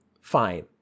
fine